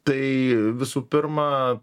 tai visų pirma